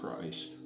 Christ